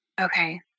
okay